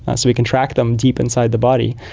ah so we can track them deep inside the body,